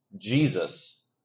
Jesus